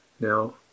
Now